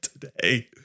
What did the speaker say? today